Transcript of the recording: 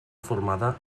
informada